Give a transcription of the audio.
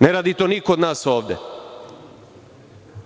Ne radi to niko od nas ovde. Prema